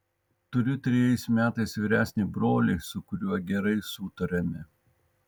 turiu trejais metais vyresnį brolį su kuriuo gerai sutariame